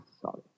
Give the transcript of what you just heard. sorry